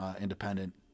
Independent